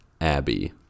Abby